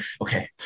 okay